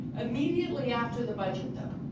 immediately after the budget though.